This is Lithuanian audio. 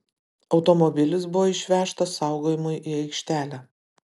automobilis buvo išvežtas saugojimui į aikštelę